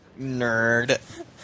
Nerd